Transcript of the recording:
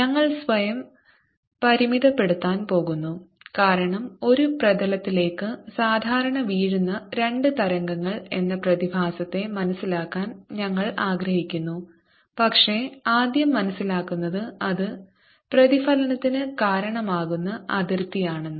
ഞങ്ങൾ സ്വയം പരിമിതപ്പെടുത്താൻ പോകുന്നു കാരണം ഒരു പ്രതലത്തിലേക്ക് സാധാരണ വീഴുന്ന രണ്ട് തരംഗങ്ങൾ എന്ന പ്രതിഭാസത്തെ മനസിലാക്കാൻ ഞങ്ങൾ ആഗ്രഹിക്കുന്നു പക്ഷേ ആദ്യം നിങ്ങൾ മനസ്സിലാക്കുന്നത് അത് പ്രതിഫലനത്തിന് കാരണമാകുന്ന അതിർത്തിയാണെന്ന്